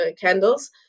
candles